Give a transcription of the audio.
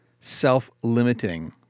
self-limiting